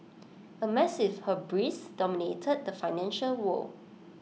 A massive hubris dominated the financial world